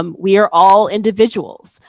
um we are all individuals.